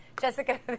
Jessica